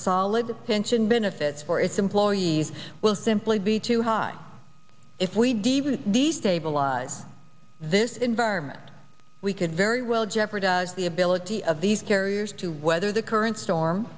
solid pension benefits for its employees will simply be too high if we do these stabilize this environment we could very well jeopardize the ability of these carriers to weather the current storm